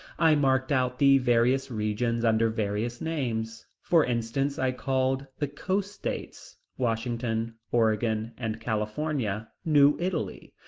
i marked out the various regions under various names. for instance i called the coast states, washington, oregon, and california, new italy.